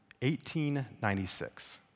1896